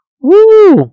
Woo